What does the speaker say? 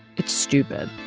it's stupid.